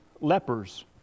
lepers